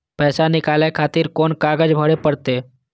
पैसा नीकाले खातिर कोन कागज भरे परतें?